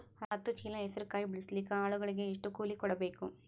ಹತ್ತು ಚೀಲ ಹೆಸರು ಕಾಯಿ ಬಿಡಸಲಿಕ ಆಳಗಳಿಗೆ ಎಷ್ಟು ಕೂಲಿ ಕೊಡಬೇಕು?